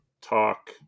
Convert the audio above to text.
talk